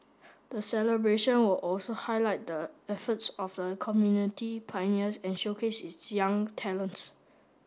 the celebration will also highlight the efforts of the community's pioneers and showcase its young talents